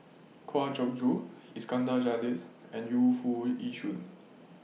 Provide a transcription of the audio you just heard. Kwa Geok Choo Iskandar Jalil and Yu Foo Yee Shoon